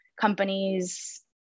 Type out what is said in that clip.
companies